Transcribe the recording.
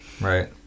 right